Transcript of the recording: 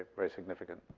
very significant.